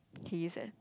he is eh